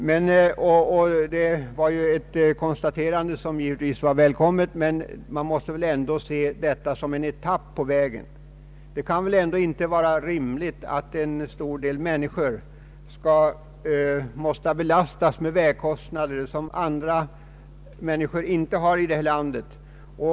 Dessa förbättringar var givetvis välkomna, men vi bör väl ändå se detta som en etapp mot ett helt avlastande av kostnaderna för de enskilda vägarna. Det kan väl ändå inte vara rimligt att en grupp människor belastas med vägkostnader som andra människor inte har i landet.